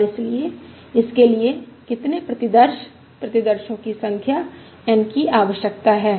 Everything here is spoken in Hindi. और इसलिए इसके लिए कितने प्रतिदर्श प्रतिदर्शो की संख्या N की आवश्यकता है